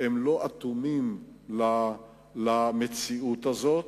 לא אטומים למציאות הזאת,